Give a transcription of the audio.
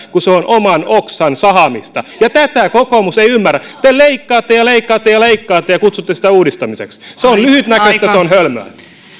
kun se on oman oksan sahaamista tätä kokoomus ei ymmärrä te leikkaatte ja leikkaatte ja leikkaatte ja kutsutte sitä uudistamiseksi se on lyhytnäköistä ja se on hölmöä